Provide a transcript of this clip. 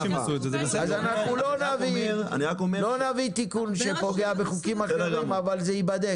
לא נביא תיקון שפוגע בחוקים אחרים אבל זה ייבדק.